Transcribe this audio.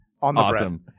Awesome